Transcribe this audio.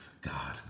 God